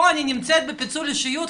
פה אני נמצאת בפיצול אישיות,